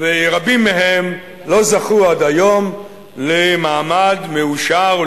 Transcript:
ורבים מהם לא זכו עד היום למעמד מאושר,